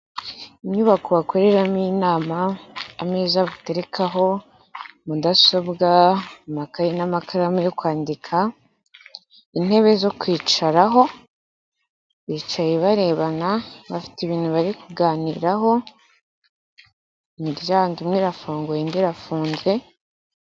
Inyubako bakoreramo inama, ameza batekarekaho mudasobwa, amakayi n'amakaramu yo kwandikaho, intebe zo kwicaraho, bicaye barebana bafite ibintu bari kuganiraho, imiryango imwe irafunguye indi irafunze.